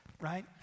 right